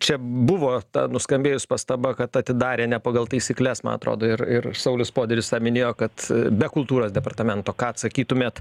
čia buvo ta nuskambėjus pastaba kad atidarė ne pagal taisykles man atrodo ir ir saulius poderis tą minėjo kad be kultūros departamento ką atsakytumėt